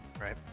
Right